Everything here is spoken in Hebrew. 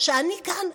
זה אומר שאני כאן.